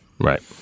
Right